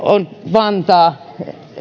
vantaa